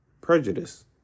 Prejudice